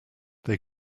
they